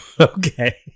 Okay